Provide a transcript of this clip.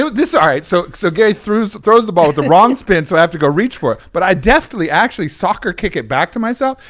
so ah right, so so gary throws throws the ball with the wrong spin, so i have to go reach for it. but i deftly actually soccer kick it back to myself.